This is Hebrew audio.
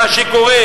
מה שקורה,